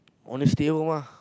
I wanna stay at home ah